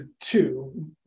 two